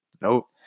nope